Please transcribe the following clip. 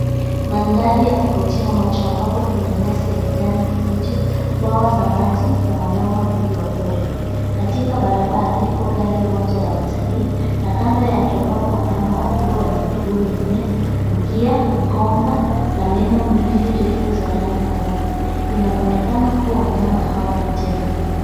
Mandhari ya kuvutia macho ambapo kuna nyasi ya kijani kibichi, bwawa za maji na wanyama wengi wa pori. Katika barabara ipo gari moja ya watalii na kando yake wapo wanyama wakubwa wenye miguu minne, mkia, mkonga na meno mbili refu za rangi nyeupe. Ina mwonekano kuwa wanyama hawa ni tembo.